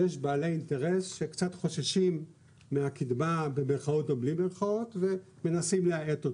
יש בעלי אינטרס שקצר חוששים מהקדמה ומנסים להאט אותה.